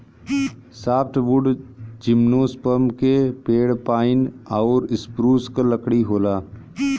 softwood gymnosperm के पेड़ pine आउर स्प्रूस क लकड़ी होला